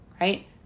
Right